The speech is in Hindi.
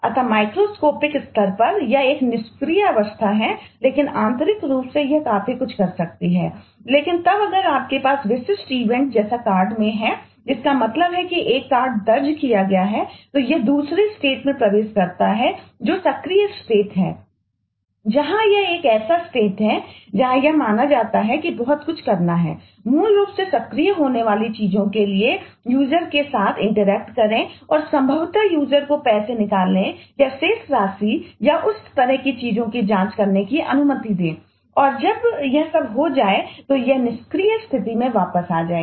अतः माइक्रोस्कोपिक स्थिति में वापस आ जाएगा